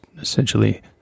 essentially